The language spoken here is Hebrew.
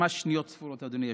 ממש שניות ספורות, אדוני היושב-ראש,